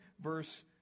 verse